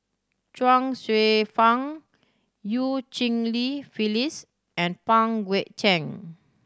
Chuang Hsueh Fang Eu Cheng Li Phyllis and Pang Guek Cheng